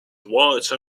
white